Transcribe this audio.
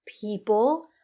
people